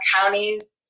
counties